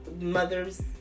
mothers